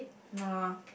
no ah